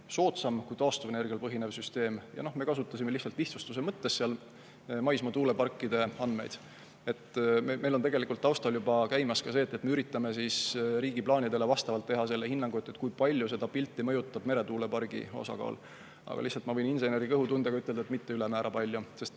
soodsam kui taastuvenergial põhinev süsteem. Ja me kasutasime lihtsustuse mõttes maismaatuuleparkide andmeid. Meil on tegelikult taustal juba käimas ka see, et me üritame riigi plaanidele vastavalt teha selle hinnangu, kui palju seda pilti mõjutab meretuulepargi osakaal. Aga lihtsalt ma võin inseneri kõhutundega ütelda, et mitte ülemäära palju.